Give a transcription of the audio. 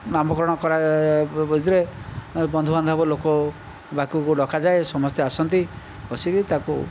ନାମକରଣ କରା ବନ୍ଧୁବାନ୍ଧବ ଲୋକ ବାକକୁ ଡକାଯାଏ ସମସ୍ତେ ଆସନ୍ତି ବସିକି ତାକୁ